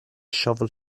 shovel